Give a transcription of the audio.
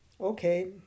Okay